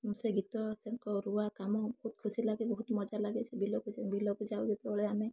ସେ ଗୀତ ତାଙ୍କ ରୁଆ କାମ ବହୁତ ଖୁସି ଲାଗେ ବହୁତ ମଜା ଲାଗେ ସେ ବିଲକୁ ବିଲକୁ ଯାଉ ଯେତେବେଳେ ଆମେ